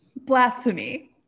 Blasphemy